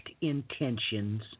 intentions